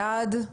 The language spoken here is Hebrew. הצבעה אושר.